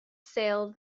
sail